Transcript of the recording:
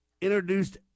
introduced